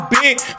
big